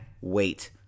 wait